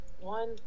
one